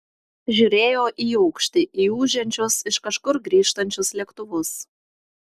žiūrėjo į aukštį į ūžiančius iš kažkur grįžtančius lėktuvus